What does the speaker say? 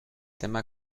tema